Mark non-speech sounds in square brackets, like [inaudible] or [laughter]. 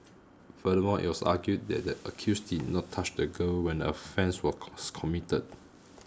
furthermore it was argued that the accused did not touch the girl when the offence were [hesitation] committed